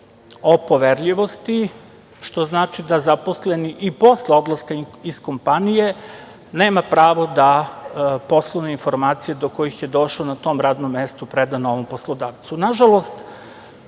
o poverljivosti, što znači da zaposleni i posle odlaska iz kompanije nema pravi da poslovne informacije do kojih je došao na tom radnom mestu preda novom poslodavcu. Nažalost,